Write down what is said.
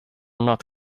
not